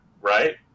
right